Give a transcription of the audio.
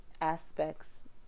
aspects